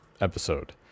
episode